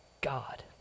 God